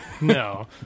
no